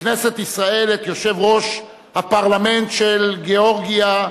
הכנסת פניה קירשנבאום לתיקון פקודת מס הכנסה